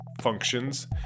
Functions